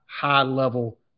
high-level